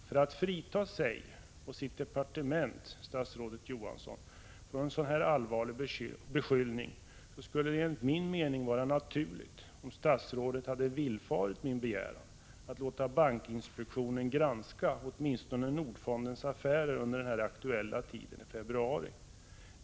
För att frita sig och departementet från en sådan här beskyllning skulle det enligt min mening vara naturligt om statsrådet hade villfarit min begäran att låta bankinspektionen granska åtminstone Nordfondens affärer under den aktuella tiden, i februari.